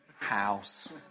House